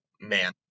man